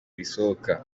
risohoka